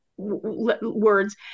words